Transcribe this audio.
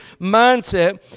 mindset